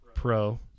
Pro